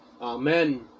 Amen